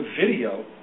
video